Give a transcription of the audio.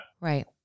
Right